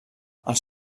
els